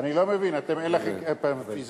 אם אפשר.